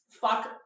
fuck